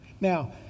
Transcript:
Now